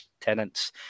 tenants